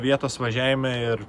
vietos važiavime ir